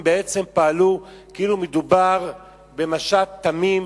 הם בעצם פעלו כאילו מדובר במשט תמים,